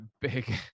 big